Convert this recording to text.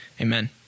Amen